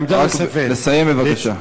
לסיים בבקשה.